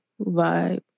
vibe